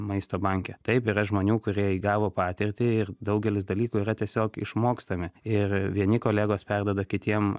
maisto banke taip yra žmonių kurie įgavo patirtį ir daugelis dalykų yra tiesiog išmokstami ir vieni kolegos perduoda kitiem